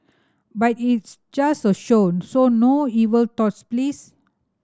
but it's just a show so no evil thoughts please